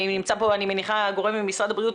נמצא פה, אני מניחה, גורם ממשרד הבריאות.